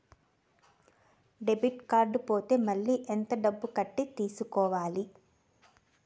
Debit card పోతే మళ్ళీ ఎంత డబ్బు కట్టి తీసుకోవాలి?